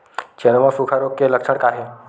चना म सुखा रोग के लक्षण का हे?